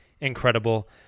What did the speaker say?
incredible